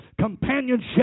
companionship